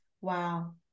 Wow